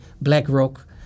BlackRock